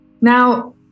now